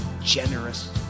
generous